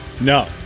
No